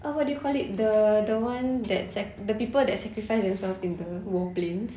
uh what do you call it the the one that sac~ the people that sacrificed themselves in the warplanes